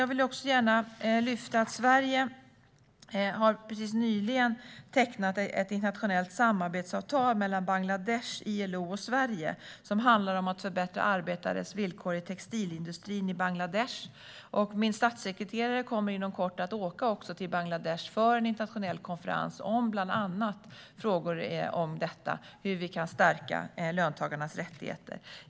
Jag vill också gärna lyfta fram att Sverige precis nyligen har tecknat ett internationellt samarbetsavtal mellan Bangladesh, ILO och Sverige som handlar om att förbättra arbetares villkor i textilindustrin i Bangladesh. Min statssekreterare kommer inom kort att åka till Bangladesh för en internationell konferens om bland annat frågor om detta - hur vi kan stärka löntagarnas rättigheter.